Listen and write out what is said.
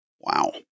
Wow